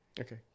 Okay